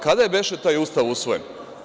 Kada je beše taj Ustav usvojen?